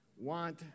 want